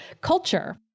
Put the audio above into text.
culture